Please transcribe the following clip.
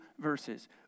verses